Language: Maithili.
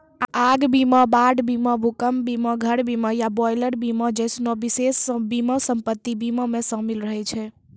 आग बीमा, बाढ़ बीमा, भूकंप बीमा, घर बीमा या बॉयलर बीमा जैसनो विशेष बीमा सम्पति बीमा मे शामिल रहै छै